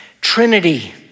trinity